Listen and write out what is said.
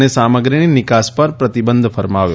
અને સામગ્રીની નિકાસ પર પ્રતિબંધ ફરમાવ્યો